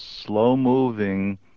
slow-moving